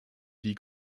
die